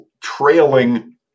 trailing